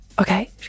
okay